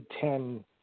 Ten